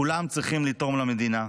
כולם צריכים לתרום למדינה.